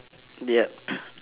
yup